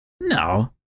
No